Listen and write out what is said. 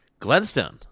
Glenstone